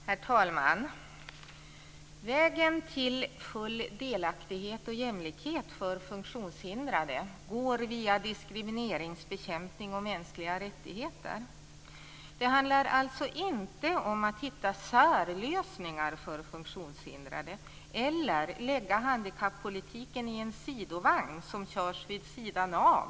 Herr talman! Vägen till full delaktighet och jämlikhet för funktionshindrade går via diskrimineringsbekämpning och mänskliga rättigheter. Det handlar alltså inte om att hitta särlösningar för funktionshindrade eller att lägga handikappolitiken i en sidovagn som körs vid sidan av.